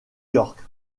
york